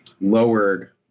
lowered